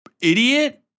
idiot